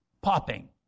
popping